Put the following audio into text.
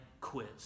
quiz